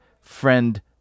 friend